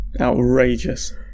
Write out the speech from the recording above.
Outrageous